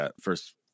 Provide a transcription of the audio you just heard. first